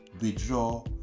withdraw